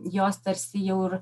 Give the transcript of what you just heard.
jos tarsi jau ir